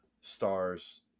stars